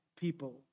people